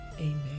Amen